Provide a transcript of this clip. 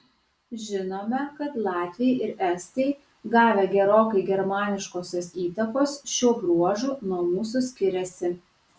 žinome kad latviai ir estai gavę gerokai germaniškosios įtakos šiuo bruožu nuo mūsų skiriasi